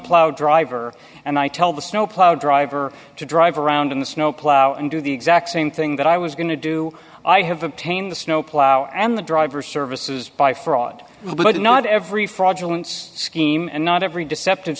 plow driver and i tell the snowplow driver to drive around in the snow plow and do the exact same thing that i was going to do i have obtained the snowplow and the driver services by fraud but not every fraudulence scheme and not every deceptive